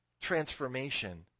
transformation